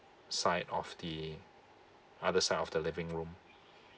side of the other side of the living room